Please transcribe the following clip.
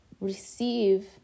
receive